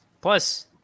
Plus